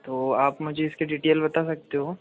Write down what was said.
तो आप मुझे इसकी डीटेल बता सकते हो